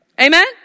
Amen